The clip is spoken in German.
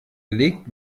legt